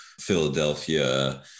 Philadelphia